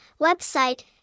Website